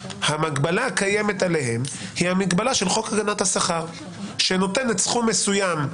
היא המגבלה של חוק הגנת השכר שנותנת סכום מסוים.